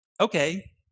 okay